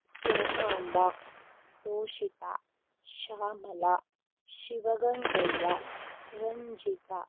Swarnamba Toshita Shyamala Shivagangaiah Ranjitha